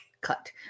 cut